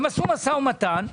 הם עשו משא ומתן.